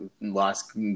last